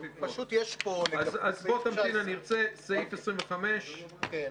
פשוט יש --- אז תמתין, אני ארצה סעיף 25. כן.